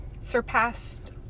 surpassed